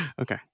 Okay